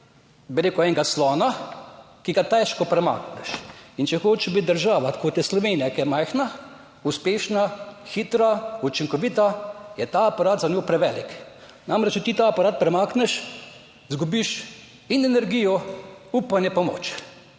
bi rekel, enega slona, ki ga težko premakneš. In če hočeš biti država kot je Slovenija, ki je majhna, uspešna, hitra, učinkovita, je ta aparat za njo prevelik. Namreč, če ti ta aparat premakneš, izgubiš in energijo, upanje pa moč,